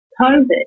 COVID